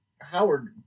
Howard